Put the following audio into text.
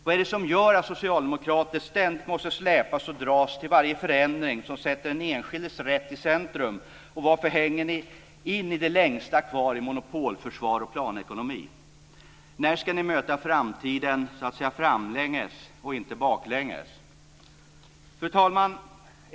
Vad är det som gör att ni socialdemokrater ständigt måste släpas och dras till varje förändring som sätter den enskildes rätt i centrum, och varför hänger ni in i det längsta kvar vid monopolförsvar och planekonomi? När ska ni möta framtiden så att säga framlänges och inte baklänges? Fru talman!